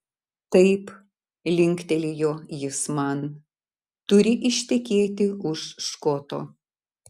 taip linktelėjo jis man turi ištekėti už škoto